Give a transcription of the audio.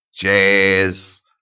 jazz